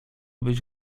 być